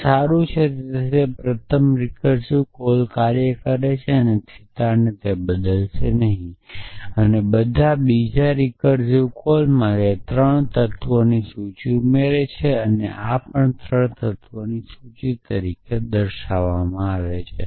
તે સારું છે તેથી પ્રથમ રિકર્સીવ કોલ કાર્ય કરશે અને તે થેટાને બદલશે નહીં બધા બીજા રિકરિવ કોલમાં 3 તત્વોની સૂચિ છે અને આ પણ 3 તત્વોની સૂચિ તરીકે છે